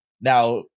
Now